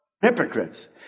hypocrites